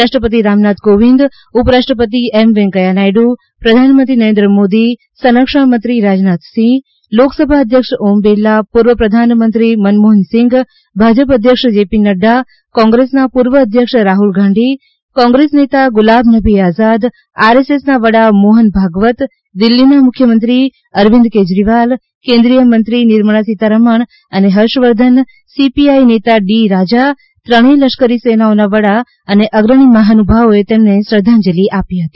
રાષ્ટ્રપતિ રામ નાથ કોવિંદ ઉપરાષ્ટ્રપતિ એમ વેંકૈયા નાયડુ પ્રધાનમંત્રી નરેન્દ્ર મોદી સંરક્ષણ મંત્રી રાજનાથ સિંહ લોકસભા અધ્યક્ષ ઓમ બિરલા પૂર્વ પ્રધાનમંત્રી મનમોહન સિંઘ ભાજપ અધ્યક્ષ જેપી નડ્ડા કોંગ્રેસના પૂર્વ અધ્યક્ષ રાજ્લ ગાંધી કોંગ્રેસ નેતા ગુલામ નબી આઝાદ આરએસએસના વડા મોફન ભાગવત દિલ્ફીના મુખ્યમંત્રી અરવિંદ કેજરીવાલ કેન્દ્રીયમંત્રીઓ નિર્મળા સીતારમણ અને હર્ષ વર્ધન સીપીઆઇ નેતા ડી રાજા ત્રણેય લશ્કરી સેનાઓના વડા અને અગ્રણી મહાનુભાવોચે તેમને શ્રદ્ધાંજલિ આપી હતી